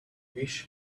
wish